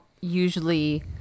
usually